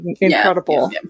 incredible